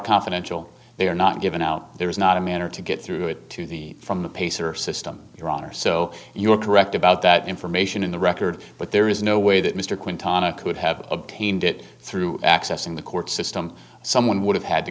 confidential they are not given out there is not a manner to get through it to the from the pacer system your honor so you are correct about that information in the record but there is no way that mr quinton could have obtained it through access in the court system someone would have had to